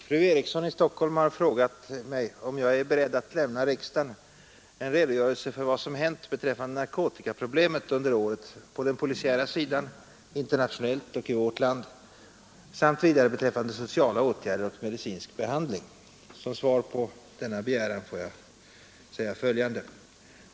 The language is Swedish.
Herr talman! Fru Eriksson i Stockholm har frågat mig om jag är beredd att lämna riksdagen en redogörelse för vad som hänt beträffande narkotikaproblemet under året på den polisiära sidan, internationellt och i vårt land, samt vidare beträffande sociala åtgärder och medicinsk behandling.